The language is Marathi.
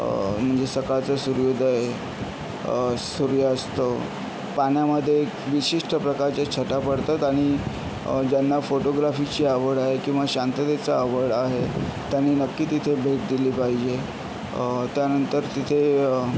म्हणजे सकाळचा सूर्योदय सूर्यास्त पाण्यामध्ये एक विशिष्ट प्रकारच्या छटा पडतात आणि ज्यांना फोटोग्राफीची आवड आहे किंवा शांततेचा आवड आहे त्यांनी नक्की तिथे भेट दिली पाहिजे त्यांनंतर तिथे